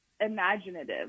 imaginative